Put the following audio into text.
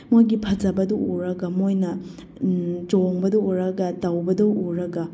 ꯃꯣꯏꯒꯤ ꯐꯖꯕꯗꯨ ꯎꯔꯒ ꯃꯣꯏꯅ ꯆꯣꯡꯕꯗꯨ ꯎꯔꯒ ꯇꯧꯕꯗꯨ ꯎꯔꯒ